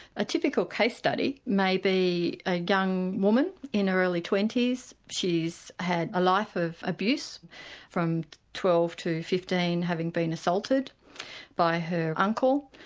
a typical case study may be a young woman in her early twenty s she's had a life of abuse from twelve to fifteen having been assaulted by her uncle,